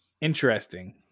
interesting